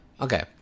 Okay